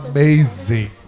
Amazing